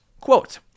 quote